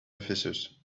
officers